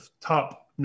top